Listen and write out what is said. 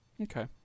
Okay